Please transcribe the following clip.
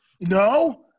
No